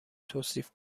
توصیف